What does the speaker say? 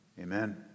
Amen